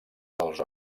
dels